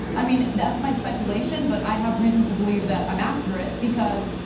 i mean that's my speculation but i have reason to believe that i'm accurate because,